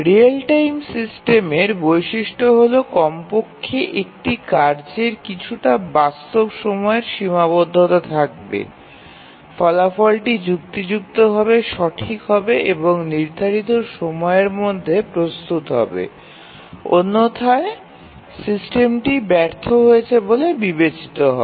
real time সিস্টেমের বৈশিষ্ট্য হল কমপক্ষে একটি কার্যের কিছুটা বাস্তব সময়ের সীমাবদ্ধতা থাকবে ফলাফলটি যুক্তিযুক্তভাবে সঠিক হবে এবং নির্ধারিত সময়ের মধ্যে প্রস্তুত হবে অন্যথায় সিস্টেমটি ব্যর্থ হয়েছে বলে বিবেচিত হবে